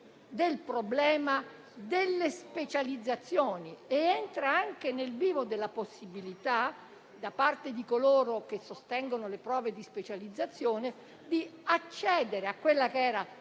del problema delle specializzazioni ed anche della possibilità, da parte di coloro che sostengono le prove di specializzazione, di accedere alla famosa